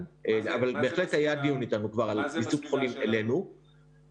אני הוספתי תקנים של בית החולים ועשינו את זה.